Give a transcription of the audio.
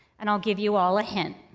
and i'll give you all a hint.